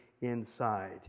inside